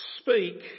speak